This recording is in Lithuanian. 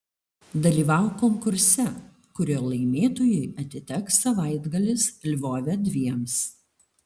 dalyvauk konkurse kurio laimėtojui atiteks savaitgalis lvove dviems